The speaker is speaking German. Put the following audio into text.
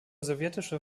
sowjetischer